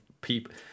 people